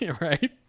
Right